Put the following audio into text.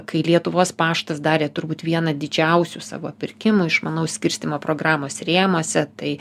kai lietuvos paštas darė turbūt vieną didžiausių savo pirkimų išmanaus skirstymo programos rėmuose tai